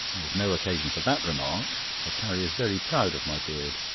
there was no occasion for that remark, for carrie is very proud of my beard.